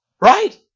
Right